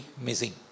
missing